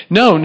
no